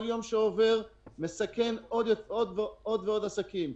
כל יום שעובר מסכן עוד ועוד עסקים,